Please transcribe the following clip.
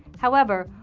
however,